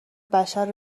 بشر